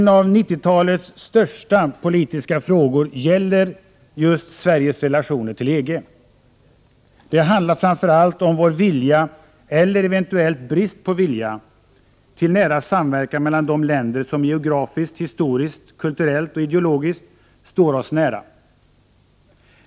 En av 90-talets största politiska frågor gäller Sveriges relationer till EG. Det handlar framför allt om vår vilja, eller eventuellt brist på vilja, till nära samverkan med de länder som geografiskt, historiskt, kulturellt och ideologiskt står oss nära.